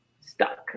stuck